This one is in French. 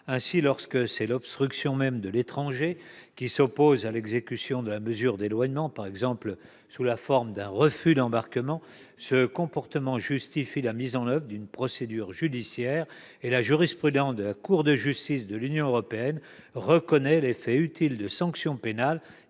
Ainsi, lorsque c'est l'obstruction de l'étranger lui-même qui s'oppose à l'exécution de la mesure d'éloignement, par exemple sous la forme d'un refus d'embarquement, son comportement justifie la mise en oeuvre d'une procédure judiciaire. La jurisprudence de la Cour de justice de l'Union européenne reconnaît l'effet utile de sanctions pénales,